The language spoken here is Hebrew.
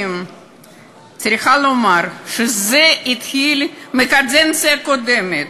אני צריכה לומר שזה התחיל בקדנציה הקודמת,